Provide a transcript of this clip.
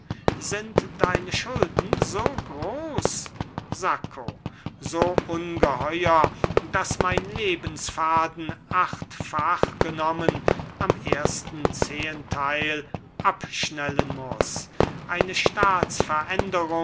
sind deine schulden so groß sacco so ungeheuer daß mein lebensfaden achtfach genommen am ersten zehenteil abschnellen muß eine